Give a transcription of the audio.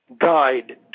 guide